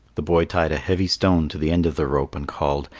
the boy tied a heavy stone to the end of the rope, and called,